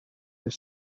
the